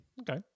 Okay